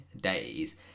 days